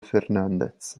fernández